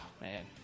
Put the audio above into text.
Man